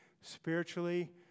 spiritually